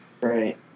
Right